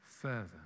further